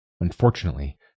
Unfortunately